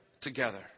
together